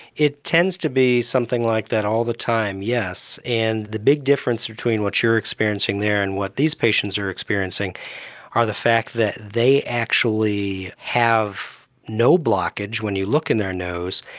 it tends to be something like that all the time, yes, and the big difference between what you are experiencing there and what these patients are experiencing are the fact that they actually have no blockage when you look in their nose,